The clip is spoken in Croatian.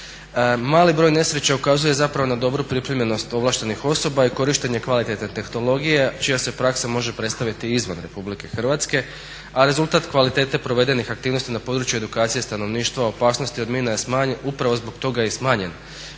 Mali broj nesreća ukazuje na dobru pripremljenost ovlaštenih osoba i korištenje kvalitetne tehnologije čija se praksa može predstaviti i izvan RH, a rezultat kvalitete provedenih aktivnosti na području edukacije stanovništva opasnosti od mina je smanjen upravo i zbog toga i smanjen